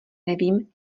nevím